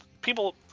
people